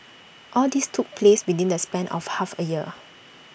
all this took place within the span of half A year